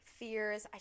fears